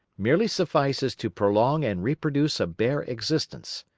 merely suffices to prolong and reproduce a bare existence.